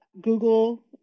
Google